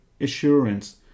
assurance